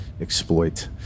exploit